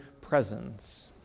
presence